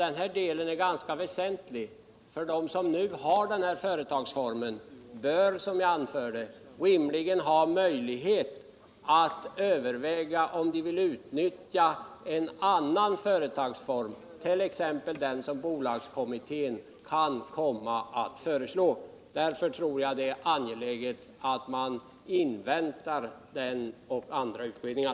Denna del är ganska väsentlig, eftersom de som nu har denna företagsform rimligen bör ha möjlighet att överväga om de vill utnyttja någon annan företagsform, t.ex. den som bolagskommittén kan komma att föreslå. Därför tror jag att det är angeläget att man inväntar denna och andra utredningar.